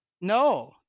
No